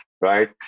right